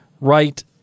right